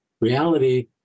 reality